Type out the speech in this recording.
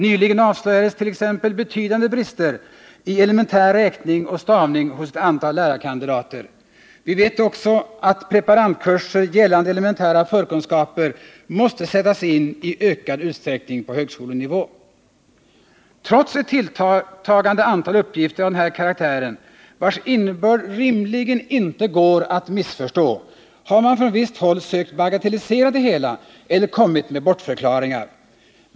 Nyligen avslöjades t.ex. betydande brister i elementär räkning och stavning hos ett antal lärarkandidater. Vi vet också att preparandkurser gällande elementära förkunskaper måste sättas in i ökad utsträckning på högskolenivå. Trots ett tilltagande antal uppgifter av den här karaktären, vilkas innebörd rimligen inte går att missförstå, har man från visst håll sökt bagatellisera det hela eller kommit med bortförklaringar.